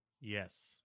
yes